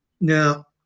Now